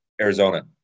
Arizona